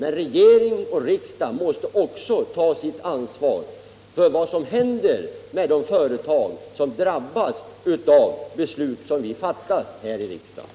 Men regering och riksdag måste också ta sitt ansvar för vad som händer med de företag som drabbas av de beslut som fattas här i riksdagen.